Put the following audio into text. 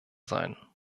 sein